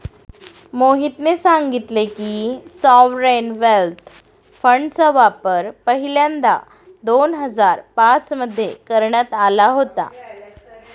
मोहितने सांगितले की, सॉवरेन वेल्थ फंडचा वापर पहिल्यांदा दोन हजार पाच मध्ये करण्यात आला होता